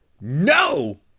No